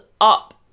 up